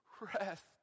Rest